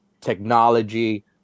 technology